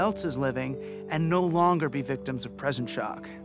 else is living and no longer be victims of present shock